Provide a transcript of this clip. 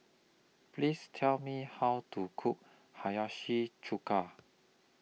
Please Tell Me How to Cook Hiyashi Chuka